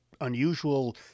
unusual